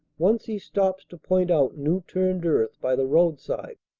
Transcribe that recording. once he stops to point out new-turned earth by the roadside.